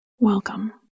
Welcome